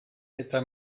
eta